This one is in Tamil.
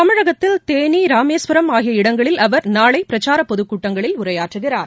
தமிழகத்தில் தேனி ராமேஸ்வரம் ஆகிய இடங்களில் அவர் நாளை பிரச்சாரப் பொதுக்கூட்டங்களில் உரையாற்றுகிறார்